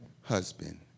husband